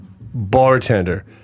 bartender